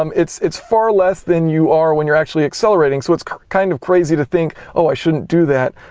um it's it's far less than you are when you're actually accelerating, so it's kind of crazy to think, oh, i shouldn't do that.